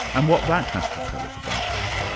and what that has to tell us about this.